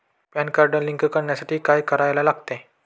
Pan card link करण्यासाठी काय करायला लागते?